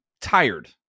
tired